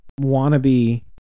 wannabe